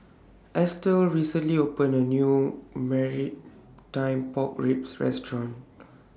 Estel recently opened A New Maritime Pork Ribs Restaurant